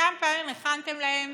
כמה פעמים הכנתם להם